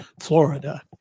Florida